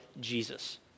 Jesus